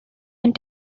and